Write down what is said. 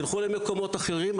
תלכו למקומות אחרים,